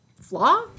flaw